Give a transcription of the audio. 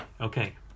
Okay